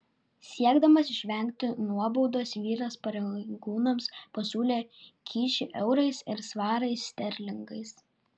siekdamas išvengti nuobaudos vyras pareigūnams pasiūlė kyšį eurais ir svarais sterlingais